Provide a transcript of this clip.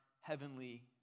heavenly